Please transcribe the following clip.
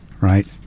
right